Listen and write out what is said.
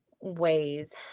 ways